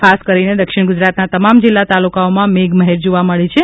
ખાસ કરીને દક્ષિણ ગુજરાતનાં તમામ જિલ્લા તાલુકાઓમાં મેઘમહેર જોવા મળી છે